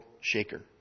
shaker